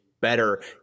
better